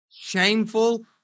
shameful